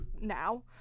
now